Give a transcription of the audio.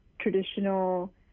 traditional